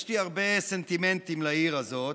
יש לי הרבה סנטימנטים לעיר הזאת,